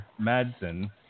Madsen